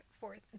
fourth